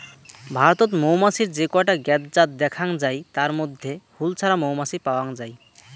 ভারতত মৌমাছির যে কয়টা জ্ঞাত জাত দ্যাখ্যাং যাই তার মইধ্যে হুল ছাড়া মৌমাছি পাওয়াং যাই